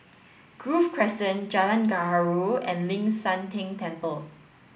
Grove Crescent Jalan Gaharu and Ling San Teng Temple